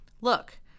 Look